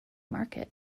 market